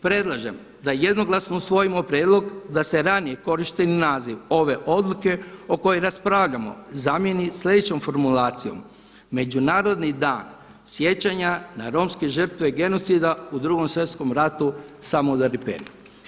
Predlažem da jednoglasno usvojimo prijedlog da se ranije korišteni naziv ove odluke o kojoj raspravljamo zamijeni sljedećom formulacijom: „Međunarodni dan sjećanja na Romske žrtve genocida u Drugom svjetskom ratu „samudaripen“